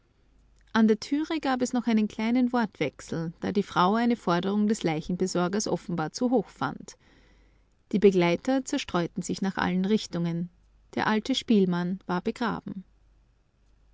an der türe gab es noch einen kleinen wortwechsel da die frau eine forderung des leichenbesorgers offenbar zu hoch fand die begleiter zerstreuten sich nach allen richtungen der alte spielmann war begraben